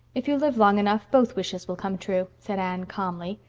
if you live long enough both wishes will come true, said anne calmly.